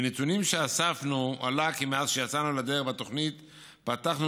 מנותנים שאספנו עלה כי מאז שיצאנו לדרך בתוכנית פתחנו